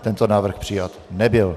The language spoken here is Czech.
Tento návrh přijat nebyl.